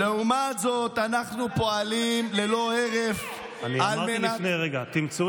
לעומת זאת, אנחנו פועלים ללא הרף על מנת, תגיד את